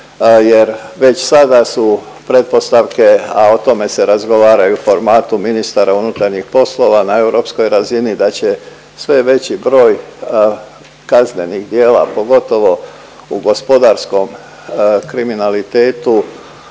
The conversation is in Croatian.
jer već sada su pretpostavke, a o tome se razgovara i u formatu ministara unutarnjih poslova na europskoj razini da će sve veći broj kaznenih djela, pogotovo u gospodarskom kriminalitetu,